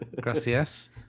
Gracias